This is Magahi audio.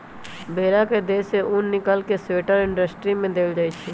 भेड़ा के देह से उन् निकाल कऽ स्वेटर इंडस्ट्री में देल जाइ छइ